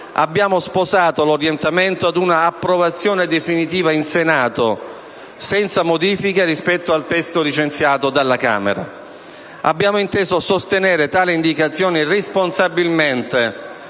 abbiamo sposato l'orientamento ad un'approvazione definitiva in Senato, senza modifiche rispetto al testo licenziato dalla Camera. Abbiamo inteso sostenere tale indicazione responsabilmente,